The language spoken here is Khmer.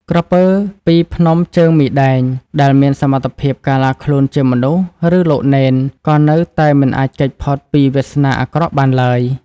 ក្រពើពីភ្នំជើងមីដែន ដែលមានសមត្ថភាពកាឡាខ្លួនជាមនុស្ស ឬលោកនេន ក៏នៅតែមិនអាចគេចផុតពីវាសនាអាក្រក់បានឡើយ។